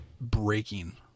breaking